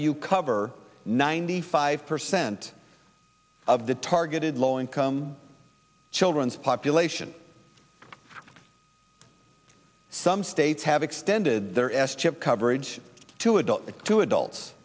you cover ninety five percent of the targeted low income children's population some states have extended their s chip coverage to adult to adults